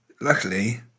luckily